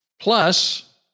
Plus